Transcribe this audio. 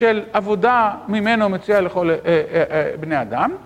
של עבודה ממנו מציע לכל בני אדם.